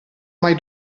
mai